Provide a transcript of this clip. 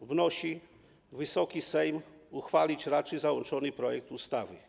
wnosi, aby Wysoki Sejm uchwalić raczył załączony projekt ustawy.